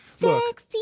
Look